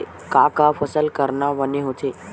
का का फसल करना बने होथे?